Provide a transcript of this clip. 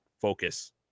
focus